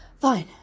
fine